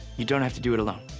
you don't have to do it alone.